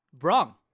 wrong